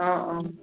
অঁ অঁ